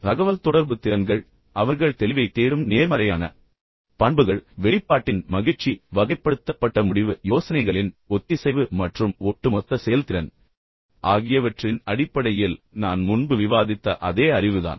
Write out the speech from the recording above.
எனவே தகவல்தொடர்பு திறன்கள் அவர்கள் தெளிவைத் தேடும் நேர்மறையான பண்புகள் வெளிப்பாட்டின் மகிழ்ச்சி வகைப்படுத்தப்பட்ட முடிவு யோசனைகளின் ஒத்திசைவு மற்றும் ஒட்டுமொத்த செயல்திறன் ஆகியவற்றின் அடிப்படையில் நான் முன்பு விவாதித்த அதே அறிவுதான்